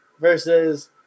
versus